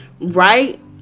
Right